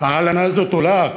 ההלנה הזאת עולה,